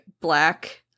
black